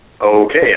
Okay